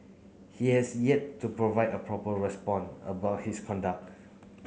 he has yet to provide a proper respond about his conduct